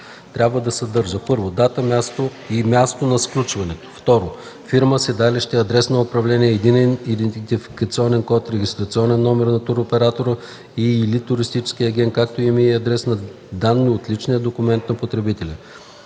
трябва да съдържа: 1. дата и място на сключването; 2. фирма, седалище, адрес на управление, единен идентификационен код, регистрационен номер на туроператора и/или туристическия агент, както и име, адрес и данни от личния документ на потребителя;